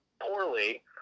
poorly